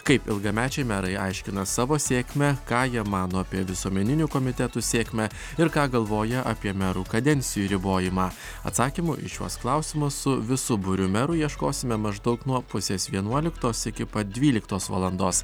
kaip ilgamečiai merai aiškina savo sėkmę ką jie mano apie visuomeninių komitetų sėkmę ir ką galvoja apie merų kadencijų ribojimą atsakymų į šiuos klausimus su visu būriu merų ieškosime maždaug nuo pusės vienuoliktos iki pat dvyliktos valandos